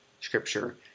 Scripture